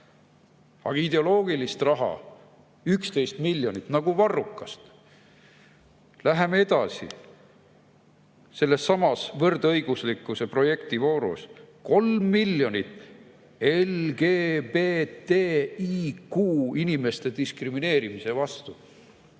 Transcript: Aga ideoloogilist raha – 11 miljonit nagu varrukast. Läheme edasi. Sellessamas võrdõiguslikkuse projekti voorus 3 miljonit LGBTIQ‑inimeste diskrimineerimise vastu.